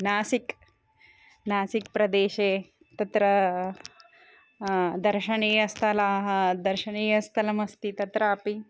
नासिक् नासिक्प्रदेशे तत्र दर्शनीयस्थलानि दर्शनीयस्थलम् अस्ति तत्रापि